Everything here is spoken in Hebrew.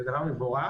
זה דבר מבורך,